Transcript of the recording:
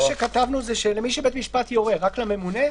אני חושב שמה שיקרה בפועל הוא שבמקום לעשות